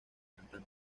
cantante